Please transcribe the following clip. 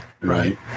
Right